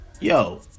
yo